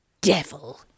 devil